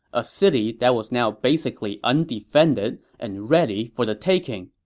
a city that was now basically undefended and ready for the taking.